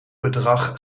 bedrag